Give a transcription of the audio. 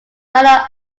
lionel